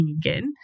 again